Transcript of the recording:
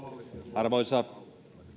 arvoisa